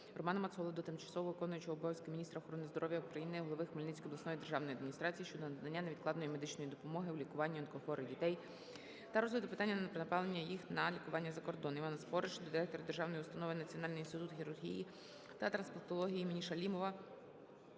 Романа Мацоли до тимчасово виконуючої обов'язки Міністра охорони здоров'я України, голови Хмельницької обласної державної адміністрації щодо надання невідкладної медичної допомоги у лікуванні онкохворих дітей та розгляду питання про направлення їх на лікування за кордон. Івана Спориша до Директора Державної установи "Національний інститут хірургії та трансплантології імені Шалімова",